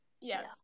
yes